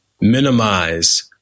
minimize